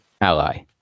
ally